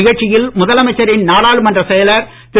நிகழ்ச்சியில் முதலமைச்சரின் நாடாளுமன்றச் செயலர் திரு